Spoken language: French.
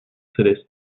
céleste